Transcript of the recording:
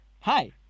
Hi